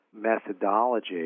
methodology